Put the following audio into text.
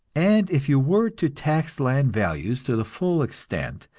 and if you were to tax land values to the full extent,